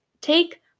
Take